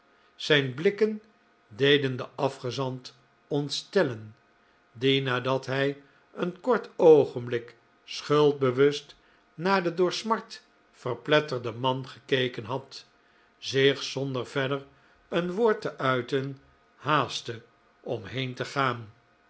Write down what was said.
zijn blikken deden den afgezant ontstellen die nadat hij een kort oogenblik schuldbewust naar den door smart verpletterden man gekeken had zich zonder verder een woord te uiten haastte om heen te gaan